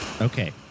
Okay